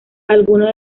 algunos